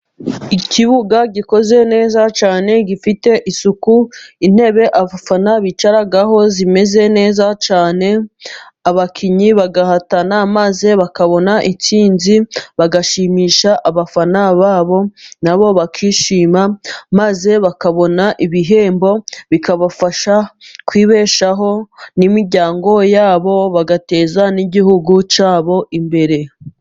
Ikibuga gikoze neza cyane gifite isuku intebe abafana bicaraho zimeze neza cyane, abakinnyi bagahatana maze bakabona intsinzi bagashimisha abafana babo na bo bakishima, maze bakabona ibihembo bikabafasha kwibeshaho n'imiryango yabo, bagateza n'igihugu cyabo imbere.